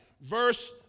Verse